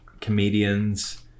comedians